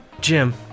Jim